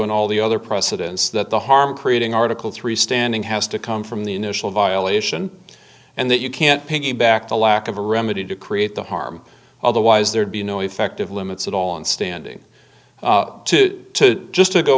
and all the other precedents that the harm creating article three standing has to come from the initial violation and that you can't piggyback the lack of a remedy to create the harm otherwise there'd be no effective limits at all and standing up to just to go